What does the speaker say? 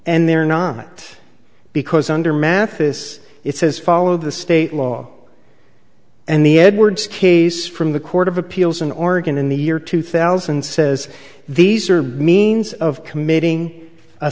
and they're not because under mathis it says follow the state law and the edwards case from the court of appeals in oregon in the year two thousand says these are means of committing a